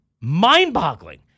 mind-boggling